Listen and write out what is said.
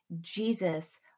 Jesus